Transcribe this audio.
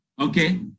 Okay